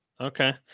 Okay